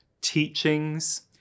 teachings